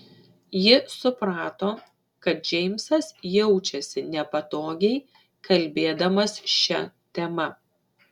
ji suprato kad džeimsas jaučiasi nepatogiai kalbėdamas šia tema